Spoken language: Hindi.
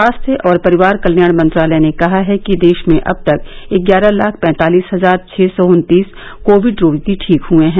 स्वास्थ्य और परिवार कत्याण मंत्रालय ने कहा है कि देश में अब तक ग्यारह लाख पैंतालिस हजार छह सौ उन्तीस कोविड रोगी ठीक हए हैं